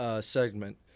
segment